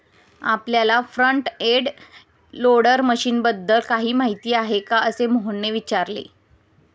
आपल्याला front end loader मशीनबद्दल काही माहिती आहे का, असे मोहनने विचारले?